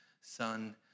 son